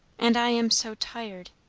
and i am so tired.